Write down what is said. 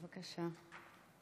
בבקשה.